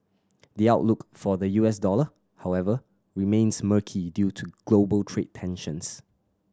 the outlook for the U S dollar however remains murky due to global trade tensions